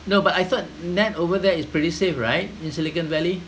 no but I thought nat over there is pretty safe right in silicon valley